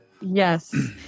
Yes